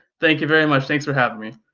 thank you very much thanks for having me.